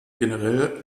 generell